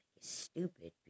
stupid